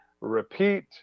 repeat